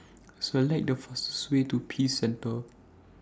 Select The fastest Way to Peace Centre